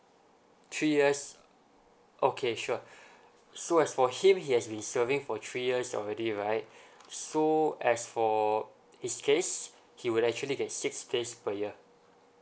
three years okay sure so as for him he has been serving for three years already right so as for his case he would actually get six days per year